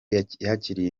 yakiriye